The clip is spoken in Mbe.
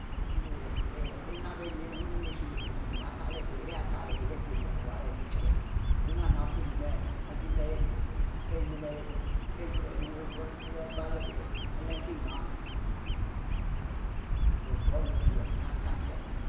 Enap ihieh wuninn ishie ekinn-kinn kieh ari kiele yeh ihieh ari chu leh nwarr ileshie nap nap kie mu ihieh ari binn hay kie ari unn ari hay kie yuu leh belglo ari bie ihieh lenu eninu leh otor wu ochuwue kinn-kinn nten